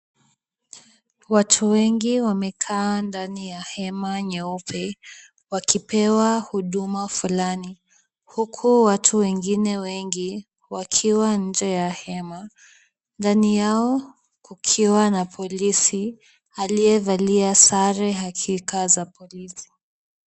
Watu wengi wamekaa ndani ya hema nyeupe, wakipewa huduma fulani, huku watu wengine wengi wakiwa nje ya hema. Ndani yao kukiwa na polisi, aliyevalia sare hakika za polisi.